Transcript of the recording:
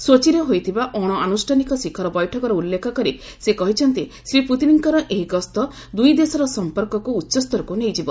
ସୋଚିରେ ହୋଇଥିବା ଅଣଆନୁଷ୍ଠାନିକ ଶିଖର ବୈଠକର ଉଲ୍ଲେଖ କରି ସେ କହିଛନ୍ତି ଶ୍ରୀ ପୁତିନ୍ଙ୍କର ଏହି ଗସ୍ତ ଦୁଇ ଦେଶର ସମ୍ପର୍କକୁ ଉଚ୍ଚସ୍ତରକୁ ନେଇଯିବ